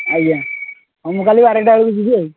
ଆଜ୍ଞା ହଁ ମୁଁ କାଲି ବାରଟା ବେଳକୁ ଯିବି ଆଉ